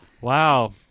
Wow